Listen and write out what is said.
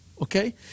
Okay